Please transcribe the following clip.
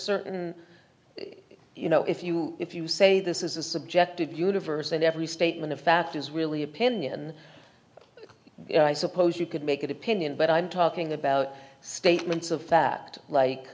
certain you know if you if you say this is a subjective universe and every statement of fact is really opinion i suppose you could make it opinion but i'm talking about statements of fact like